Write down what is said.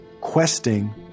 questing